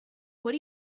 what